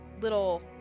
little